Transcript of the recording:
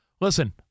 listen